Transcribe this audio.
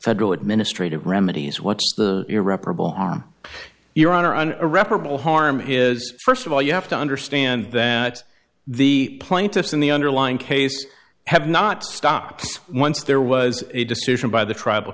federal administrative remedies what's the irreparable harm your honor and irreparable harm is first of all you have to understand that the plaintiffs in the underlying case have not stopped once there was a decision by the tribal